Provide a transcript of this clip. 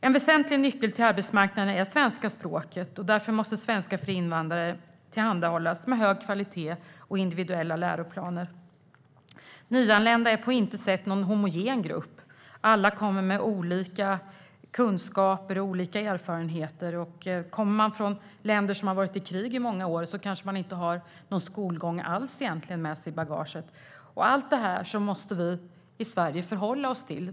En väsentlig nyckel till arbetsmarknaden är svenska språket. Därför måste svenska för invandrare tillhandahållas med hög kvalitet och individuella läroplaner. Nyanlända är på intet sätt någon homogen grupp. Alla kommer med olika kunskaper och olika erfarenheter. Om man kommer från länder som har varit i krig i många år kanske man inte har någon egentlig skolgång med sig alls i bagaget. Allt detta måste vi i Sverige förhålla oss till.